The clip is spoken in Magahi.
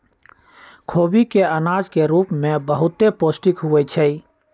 खोबि के अनाज के रूप में बहुते पौष्टिक होइ छइ